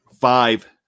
five